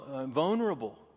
vulnerable